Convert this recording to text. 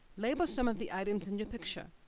label some of the items in your picture.